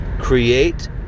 create